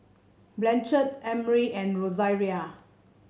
Blanchard Emry and Rosaria